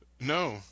No